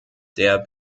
der